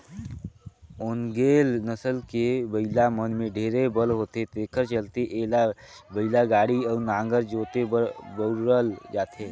ओन्गेले नसल के बइला मन में ढेरे बल होथे तेखर चलते एला बइलागाड़ी अउ नांगर जोते बर बउरल जाथे